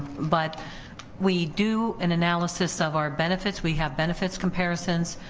but we do an analysis of our benefits. we have benefits comparisons.